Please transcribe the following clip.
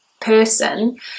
person